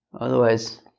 Otherwise